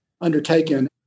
undertaken